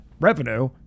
revenue